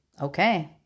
Okay